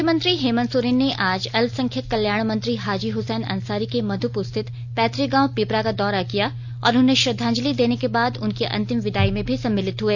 मुख्यमंत्री हेमन्त सोरेन ने आज अल्पसंख्यक कल्याण मंत्री हाजी हुसैन अंसारी के मधुपुर स्थित पैतुक गांव पिपरा का दौरा किया और उन्हें श्रद्वांजलि देने के बाद उनकी अंतिम विदाई में भी सम्मिलित हुए